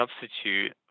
substitute